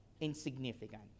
insignificant